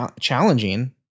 challenging